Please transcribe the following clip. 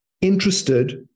interested